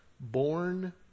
born